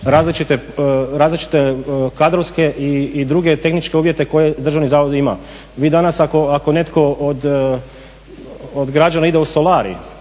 različite kadrovske i druge tehničke uvjete koje državni zavod ima. Vi danas ako netko od građana ide u solarij